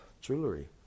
jewelry